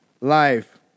life